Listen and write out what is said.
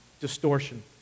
distortion